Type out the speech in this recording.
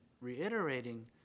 reiterating